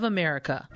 America